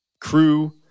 crew